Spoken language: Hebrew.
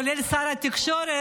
כולל שר התקשורת,